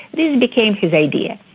this became his idea.